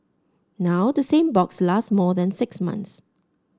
now the same box lasts more than six months